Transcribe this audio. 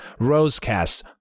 Rosecast